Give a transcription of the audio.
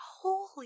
holy